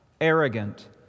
arrogant